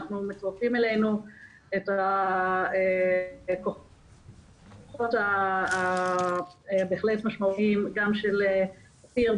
אנחנו מצרפים אלינו את הכוחות בהחלט המשמעותיים גם של כפיר,